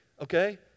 Okay